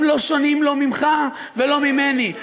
הם לא שונים לא ממך ולא ממני,